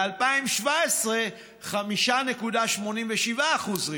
ב-2017, 5.87% ריבית,